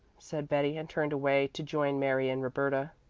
said betty, and turned away to join mary and roberta.